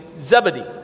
Zebedee